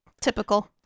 Typical